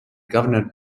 governor